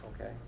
Okay